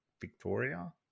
Victoria